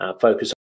focus